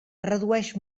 redueix